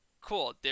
cool